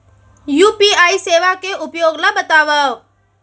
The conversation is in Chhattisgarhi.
यू.पी.आई सेवा के उपयोग ल बतावव?